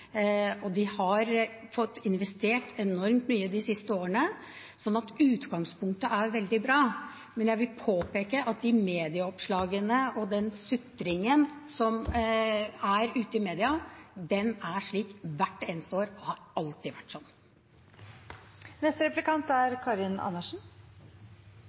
og de har fått investert enormt mye de siste årene. Så utgangspunktet er veldig bra, men jeg vil påpeke at de medieoppslagene og den sutringen som er ute i mediene, er slik hvert eneste år og har alltid vært sånn.